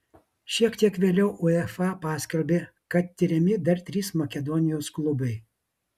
šiek tiek vėliau uefa paskelbė kad tiriami dar trys makedonijos klubai